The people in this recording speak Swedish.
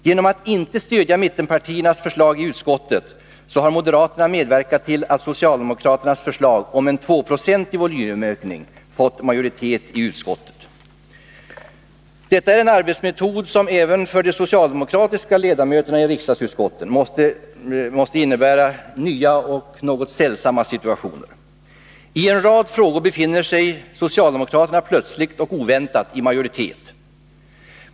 Genom att inte stödja mittenpartiernas förslag i utskottet har moderaterna medverkat till att socialdemokraternas förslag om en 2 procentig volymökning fått majoritet i utskottet. Detta är en arbetsmetod som även för de socialdemokratiska ledamöterna i riksdagsutskotten måste innebära nya och sällsamma situationer. I en rad frågor befinner de sig plötsligt och oväntat i majoritet.